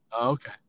Okay